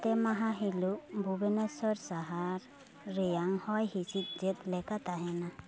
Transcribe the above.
ᱚᱛᱮ ᱢᱟᱦᱟ ᱦᱤᱞᱳᱜ ᱵᱷᱩᱵᱚᱱᱮᱥᱥᱚᱨ ᱥᱟᱦᱟᱨ ᱨᱮᱭᱟᱝ ᱦᱚᱭᱦᱤᱸᱥᱤᱫᱽ ᱪᱮᱫᱞᱮᱠᱟ ᱛᱟᱦᱮᱱᱟ